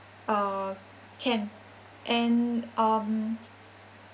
uh can and um